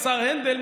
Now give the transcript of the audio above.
השר הנדל,